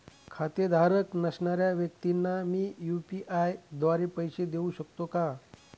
खातेधारक नसणाऱ्या व्यक्तींना मी यू.पी.आय द्वारे पैसे देऊ शकतो का?